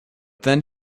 then